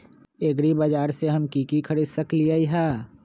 एग्रीबाजार से हम की की खरीद सकलियै ह?